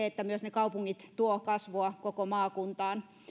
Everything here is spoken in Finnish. että myös ne kaupungit tuovat kasvua koko maakuntaan